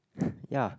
ya